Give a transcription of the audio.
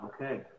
okay